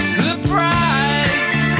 surprised